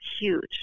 huge